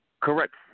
Correct